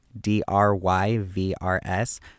D-R-Y-V-R-S